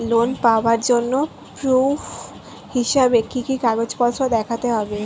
Loan পাওয়ার জন্য proof হিসেবে কি কি কাগজপত্র দেখাতে হবে?